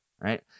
right